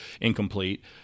incomplete